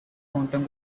quantum